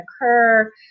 occur